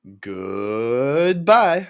Goodbye